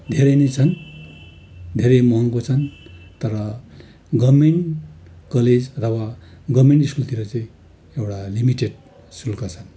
धेरै नै छन् धेरै महँगो छन् तर गभर्मेन्ट कलेज अथवा गभर्मेन्ट स्कुलतिर चाहिँ एउटा लिमिटेड शुल्क छ